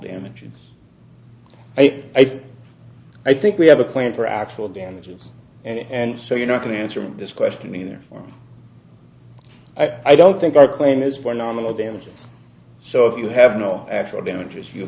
damages i i think we have a plan for actual damages and so you're not going to answer this question meaning for me i don't think our claim is for nominal damages so if you have no actual damages you